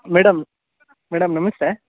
madam madam ನಮಸ್ತೆ